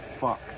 Fuck